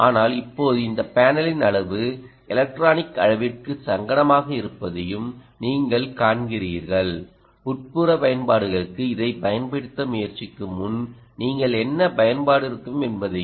ஆனால் இப்போது இந்த பேனலின் அளவு எலக்ட்ரானிக் அளவிற்கு சங்கடமாக இருப்பதையும் நீங்கள் காண்கிறீர்கள் உட்புற பயன்பாடுகளுக்கு அதை பயன்படுத்த முயற்சிக்கும் முன் நீங்கள் என்ன பயன்பாடு இருக்கும் என்பதையும்